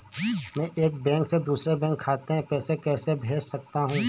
मैं एक बैंक से दूसरे बैंक खाते में पैसे कैसे भेज सकता हूँ?